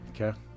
Okay